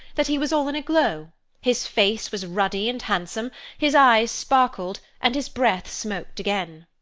that he was all in a glow his face was ruddy and handsome his eyes sparkled, and his breath smoked again.